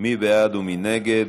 מי בעד ומי נגד?